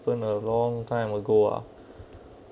happened a long time ago ah